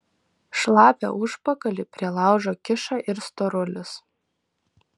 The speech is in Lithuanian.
šlapią užpakalį prie laužo kiša ir storulis